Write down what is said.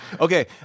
Okay